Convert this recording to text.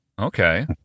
Okay